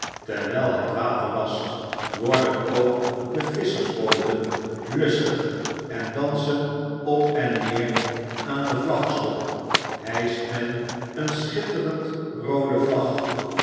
terwrjl het water wast worden ook de visschersbooten lustiger en dansen op en neer aan den vlaggestok hijscht men een schitterend roode vlag